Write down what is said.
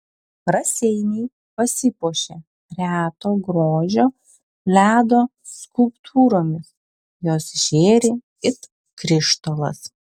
raseiniai pasipuošė reto grožio ledo skulptūromis jos žėri it krištolas